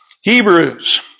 Hebrews